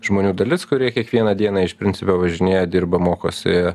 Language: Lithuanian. žmonių dalis kurie kiekvieną dieną iš principo važinėja dirba mokosi